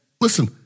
listen